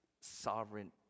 sovereign